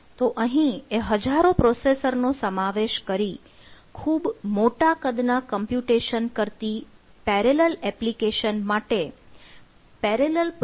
તો અહીં એ હજારો પ્રોસેસરનો સમાવેશ કરી ખૂબ મોટા કદના કમ્પ્યુટેશન નો ઉપયોગ કરે છે